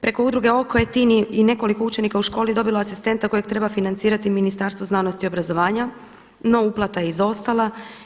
Preko udruge „Oko“ Tin i nekoliko učenika u školi dobilo je asistenta kojeg treba financirati Ministarstvo znanosti i obrazovanja, no uplata je izostala.